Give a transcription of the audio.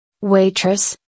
Waitress